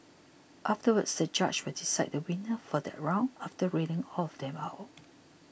afterwards the judge will decide the winner for that round after reading all of them out